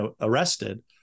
arrested